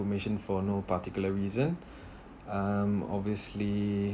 information for no particular reason and um obviously